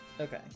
Okay